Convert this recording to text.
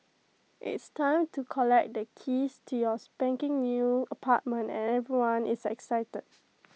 it's time to collect the keys to your spanking new apartment and everyone is excited